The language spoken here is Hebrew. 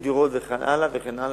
להמתין לדירות וכן הלאה.